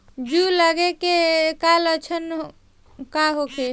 जूं लगे के का लक्षण का होखे?